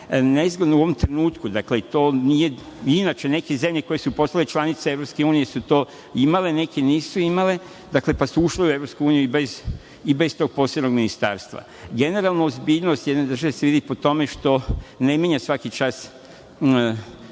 nezgodno u ovom trenutku, i inače neke zemlje koje su postale članice EU su to imale, neke nisu imale, pa su ušle u EU i bez tog posebnog ministarstva. Generalno ozbiljnost jedne države se vidi po tome što ne menja svaki čas